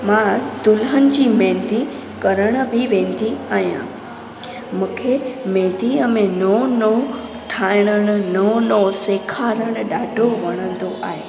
मां दुल्हन जी मेंदी करण बि वेंदी आहियां मूंखे मेंदीअ में नओं नओं ठाहिण नओं नओं सेखारणु ॾाढो वणंदो आहे